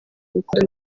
rukundo